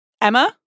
Emma